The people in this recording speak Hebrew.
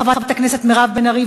חברת הכנסת מירב בן ארי,